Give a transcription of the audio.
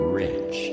rich